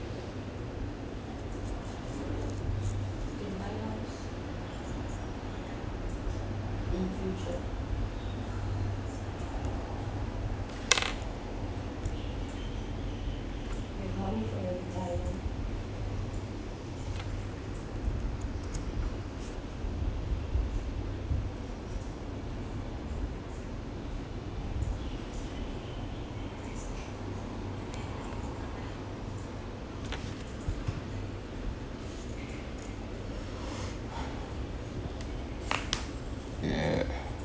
ya